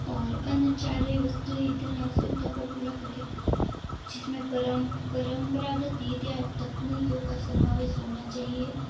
और अनाचार वस्तुएँ आवश्यकताओं को पूरा करें जिसमे परम परंपरागत विद्या एवं तकनिकियों का समावेश होना चाहिए